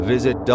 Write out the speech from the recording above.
Visit